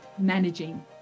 managing